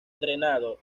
drenado